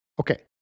Okay